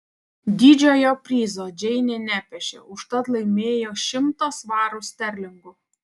didžiojo prizo džeinė nepešė užtat laimėjo šimtą svarų sterlingų